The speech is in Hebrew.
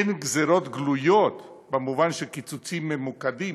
אין גזירות גלויות במובן של קיצוצים ממוקדים,